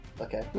Okay